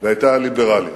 והיתה ליברלית.